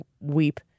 weep